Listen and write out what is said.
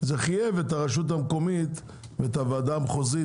וזה חייב את הרשות המקומית ואת הוועדה המחוזית